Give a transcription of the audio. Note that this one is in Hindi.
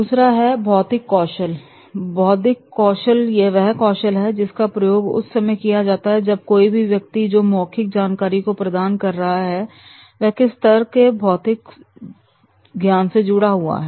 दूसरा है भौतिक कौशल बौद्धिक कौशल वह कौशल है जिसका प्रयोग उस समय किया जाता है जब कोई भी व्यक्ति जो मौखिक जानकारी को प्रदान कर रहा हो वह किस स्तर के भौतिक जुड़ा से जुड़ा है